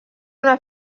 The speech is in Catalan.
una